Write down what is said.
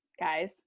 guys